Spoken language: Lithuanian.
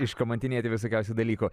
iškamantinėti visokiausių dalykų